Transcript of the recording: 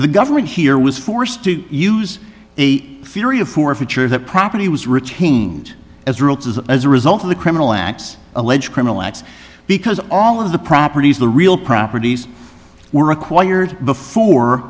the government here was forced to use the theory of forfeiture that property was retained as as a result of the criminal acts alleged criminal acts because all of the properties the real properties were required before